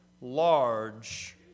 large